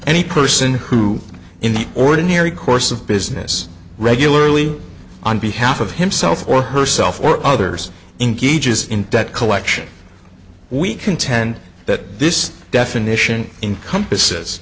any person who in the ordinary course of business regularly on behalf of himself or herself or others engages in debt collection we contend that this definition in compass